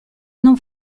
non